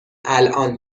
الان